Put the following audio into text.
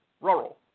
Rural